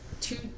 two